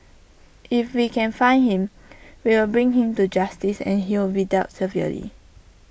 if we can find him we will bring him to justice and he'll be dealt severely